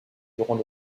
durant